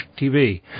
TV